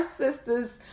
sisters